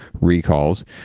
recalls